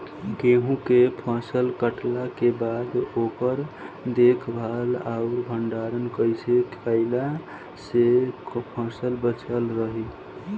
गेंहू के फसल कटला के बाद ओकर देखभाल आउर भंडारण कइसे कैला से फसल बाचल रही?